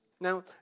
Now